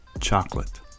chocolate